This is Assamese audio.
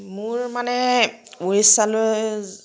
মোৰ মানে উৰিষ্যালৈ